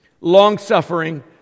long-suffering